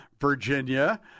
Virginia